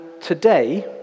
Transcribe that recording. today